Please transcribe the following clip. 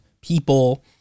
people